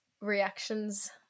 reactions